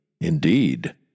Indeed